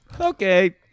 Okay